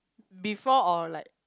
before or like